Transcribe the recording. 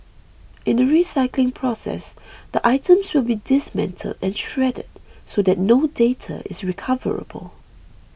in the recycling process the items will be dismantled and shredded so that no data is recoverable